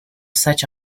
such